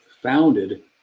founded